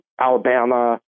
Alabama